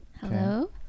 Hello